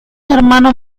hermano